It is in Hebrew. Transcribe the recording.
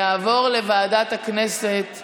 יעבור לוועדת הכנסת להחלטה.